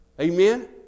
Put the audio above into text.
amen